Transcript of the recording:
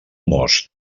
most